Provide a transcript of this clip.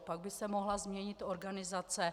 Pak by se mohla změnit organizace.